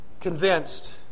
convinced